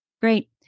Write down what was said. great